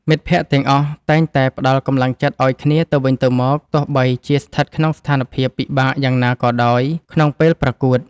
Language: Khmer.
មិត្តភក្តិទាំងអស់តែងតែផ្ដល់កម្លាំងចិត្តឱ្យគ្នាទៅវិញទៅមកទោះបីជាស្ថិតក្នុងស្ថានភាពពិបាកយ៉ាងណាក៏ដោយក្នុងពេលប្រកួត។